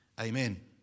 Amen